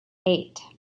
eight